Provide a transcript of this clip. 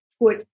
put